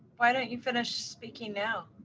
why don't you finish speaking now?